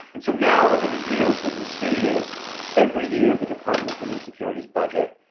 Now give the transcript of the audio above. and so now over the years, what you see is every year the department of homeland security's budget